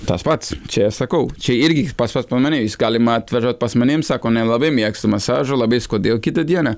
tas pats čia ir sakau čia irgi pas juos panorėjus galima atveža pas mane im sako nelabai mėgstu masažą labai skaudėjo kitą dieną